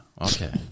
Okay